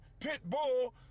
Pitbull